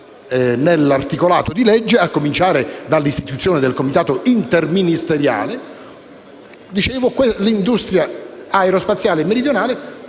nell'articolato di legge, a cominciare dalla istituzione del Comitato interministeriale. L'industria aerospaziale meridionale